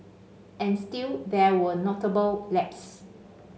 and still there were notable lapses